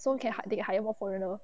so can they hire more foreigners